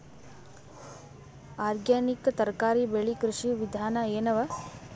Organic ತರಕಾರಿ ಬೆಳಿ ಕೃಷಿ ವಿಧಾನ ಎನವ?